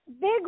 big